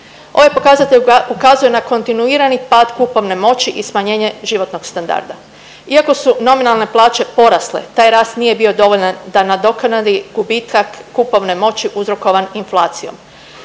Ovaj pokazatelj ukazuje na kontinuirani pad kupovne moći i smanjenje životnog standarda. Iako su nominalne plaće porasle taj rast nije bio dovoljan da nadoknadi gubitak kupovne moći uzrokovan inflacijom.